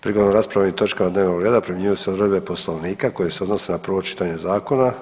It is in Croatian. Prigodom rasprave o ovim točkama dnevnog reda primjenjuju se odredbe Poslovnika koje se odnose na prvo čitanje zakona.